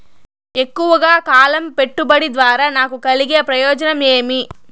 ఎక్కువగా కాలం పెట్టుబడి ద్వారా నాకు కలిగే ప్రయోజనం ఏమి?